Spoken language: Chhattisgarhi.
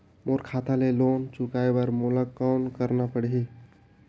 मोर खाता ले लोन चुकाय बर मोला कौन करना पड़ही?